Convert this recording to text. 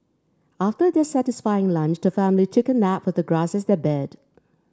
after their satisfying lunch the family took a nap with the grass as their bed